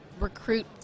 recruit